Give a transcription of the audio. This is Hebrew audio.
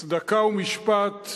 "צדקה ומשפט"